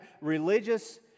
religious